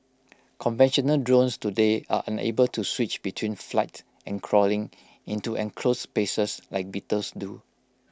conventional drones today are unable to switch between flight and crawling into enclosed spaces like beetles do